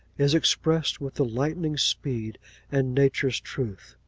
is expressed with the lightning's speed and nature's truth.